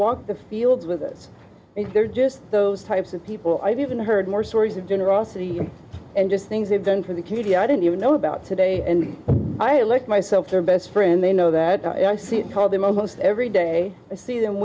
walked the fields with it these are just those types of people i've even heard more stories of generosity and just things they've done for the community i didn't even know about today and i let myself their best friend they know that i see it called the most every day i see them